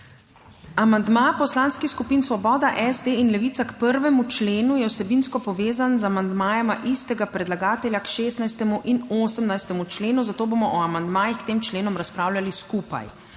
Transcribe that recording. Amandma poslanskih skupin Svoboda, SD in Levica k 1. členu je vsebinsko povezan z amandmajema istega predlagatelja k 16. in 18. členu, zato bomo o amandmajih k tem členom razpravljali skupaj.